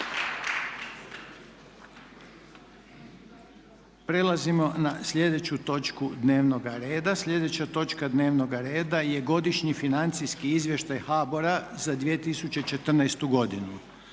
Prelazimo na sljedeću točku dnevnoga reda. Sljedeća točka dnevnog reda je: - Godišnji financijski izvještaj HBOR-a za 2014. godinu;